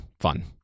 fun